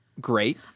Great